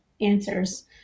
answers